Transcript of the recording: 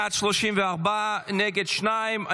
בעד, 34, נגד, שניים.